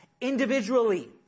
individually